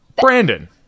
Brandon